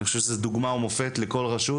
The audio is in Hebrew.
אני חושב שזה דוגמה ומופת לכל רשות